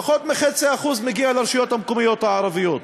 פחות מ-0.5% מגיע לרשויות המקומיות הערביות.